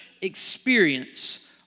experience